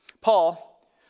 Paul